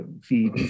feed